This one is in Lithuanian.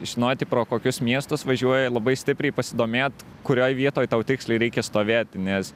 žinoti pro kokius miestus važiuoji labai stipriai pasidomėt kurioj vietoj tau tiksliai reikia stovėti nes